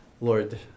Lord